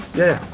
yeah